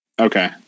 Okay